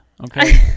Okay